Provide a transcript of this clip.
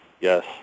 Yes